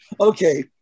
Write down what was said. Okay